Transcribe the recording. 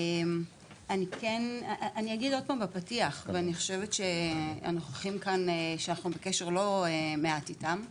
אני אגיד עוד פעם בפתיח ואני חושבת שאנחנו בקשר לא מעט עם הנוכחים כאן,